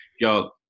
y'all